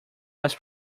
was